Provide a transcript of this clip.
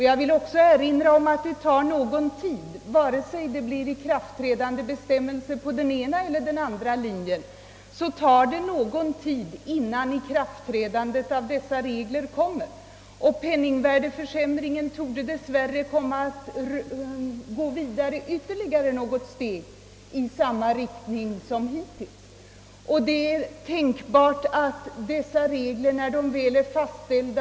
Jag vill också erinra om att det tar någon tid — vare sig riksdagen bifaller det ena eller det andra förslaget till ikraftträdandebestämmelser — innan dessa regler träder i kraft. Det är tänkbart att reglerna när de väl fastställts och trätt i kraft kommer att gälla ytterligare någon tid.